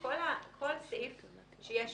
זה החוק של הסייבר?